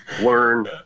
learn